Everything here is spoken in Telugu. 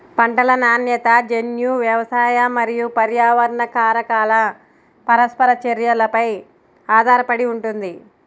పంటల నాణ్యత జన్యు, వ్యవసాయ మరియు పర్యావరణ కారకాల పరస్పర చర్యపై ఆధారపడి ఉంటుంది